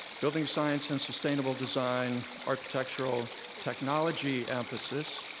building science and sustainable design, architectural technology emphasis,